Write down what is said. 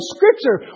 Scripture